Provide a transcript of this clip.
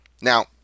Now